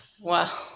Wow